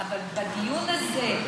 אבל בדיון הזה,